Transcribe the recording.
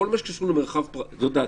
זו דעתי,